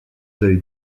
deuil